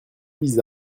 vise